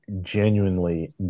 genuinely